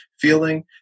feeling